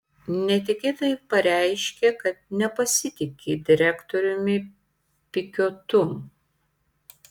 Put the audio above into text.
netikėtai pareiškė kad nepasitiki direktoriumi pikiotu